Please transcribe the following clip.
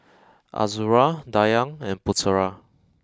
Azura Dayang and Putera